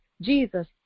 Jesus